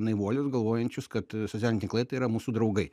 naivuolius galvojančius kad socialiniai tinklai tai yra mūsų draugai